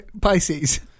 Pisces